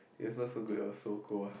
it was not so good it was Sogou ah